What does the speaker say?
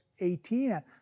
18